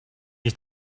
you